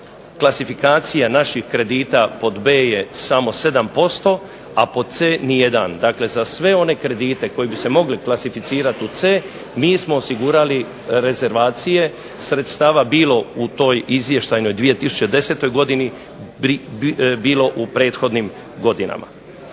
klasifikacija naših kredita pod B. je samo 7%, a pod C. ni jedan. Dakle, za sve one kredite koji bi se mogli klasificirati u C. mi smo osigurali rezervacije sredstava, bilo u toj izvještajnoj 2010. godini bilo u prethodnim godinama.